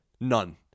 none